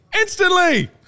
instantly